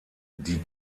die